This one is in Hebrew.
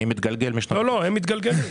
אני מתגלגל -- לא לא הם מתגלגלים,